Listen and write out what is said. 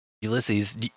Ulysses